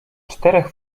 czterech